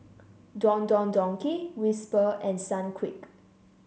Don Don Donki Whisper and Sunquick